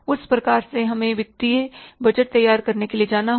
उस कारण से हमें वित्तीय बजट तैयार करने के लिए जाना होगा